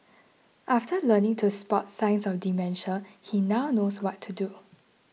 after learning to spot signs of dementia he now knows what to do